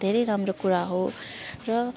धेरै राम्रो कुरा हो र